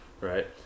right